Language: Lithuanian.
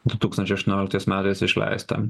du tūkstančiai aštuonioliktais metais išleista